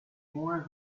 moins